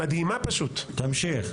תמשיך.